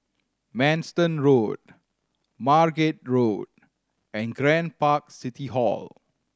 Manston Road Margate Road and Grand Park City Hall